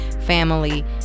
family